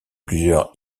plusieurs